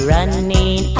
Running